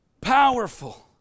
powerful